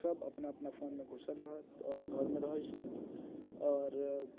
सभ अपना अपना फोनमे घुसल रह आओर घरमे रहैत छै आओर